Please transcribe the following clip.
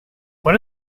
what